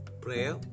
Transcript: Prayer